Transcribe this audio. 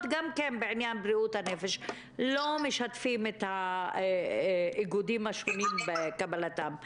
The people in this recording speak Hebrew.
גם כן בעניין בריאות הנפש לא משתפים את האיגודים השונים בקבלתם.